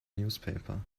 newspaper